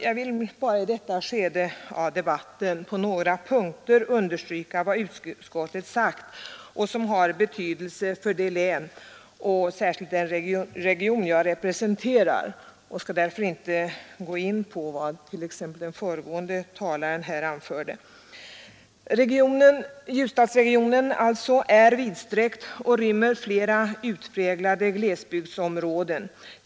Jag vill i detta skede av debatten bara på några punkter understryka vad utskottet sagt, då det har betydelse för det län och särskilt den region jag representerar. Jag skall därför inte gå in på vad den föregående talaren här anförde. Ljusdalsregionen är vidsträckt och rymmer flera utpräglade glesbygdsområden.